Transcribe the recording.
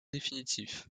définitif